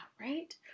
right